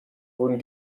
wurden